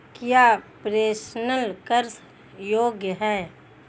क्या प्रेषण कर योग्य हैं?